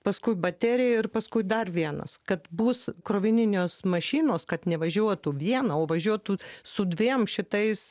paskui baterija ir paskui dar vienas kad bus krovininės mašinos kad nevažiuotų viena o važiuotų su dviem šitais